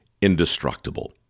indestructible